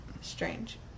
Strange